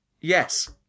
Yes